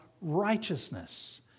righteousness